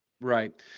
Right